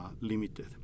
limited